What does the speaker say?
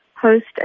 host